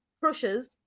crushes